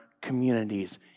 communities